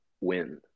win